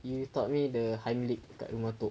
you taught me the hiemlich kat rumah atuk